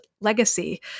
legacy